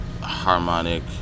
harmonic